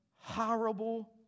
horrible